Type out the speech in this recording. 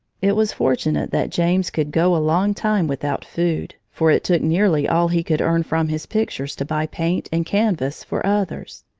it was fortunate that james could go a long time without food, for it took nearly all he could earn from his pictures to buy paint and canvas for others.